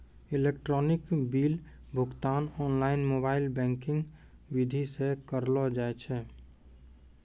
electronic bill भुगतान online mobile banking विधि से करलो जाय छै